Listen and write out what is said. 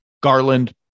Garland